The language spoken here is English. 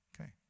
okay